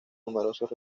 numerosos